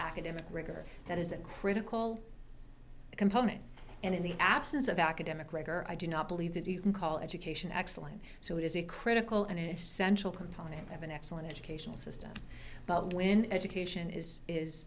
academic rigor that is a critical component and in the absence of academic rigor i do not believe that you can call education excellent so it is a critical and it's essential component of an excellent educational system but when education is